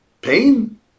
Pain